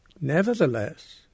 Nevertheless